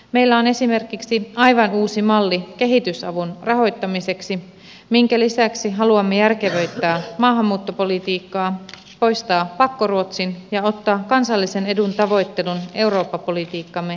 meillä on esimerkiksi aivan uusi malli kehitysavun rahoittamiseksi minkä lisäksi haluamme järkevöittää maahanmuuttopolitiikkaa poistaa pakkoruotsin ja ottaa kansallisen edun tavoittelun eurooppa politiikkamme päätavoitteeksi